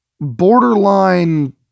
borderline